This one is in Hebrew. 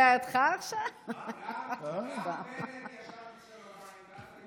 גם בנט ישן צוהריים ועד היום הוא ישן.